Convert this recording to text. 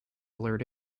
blurred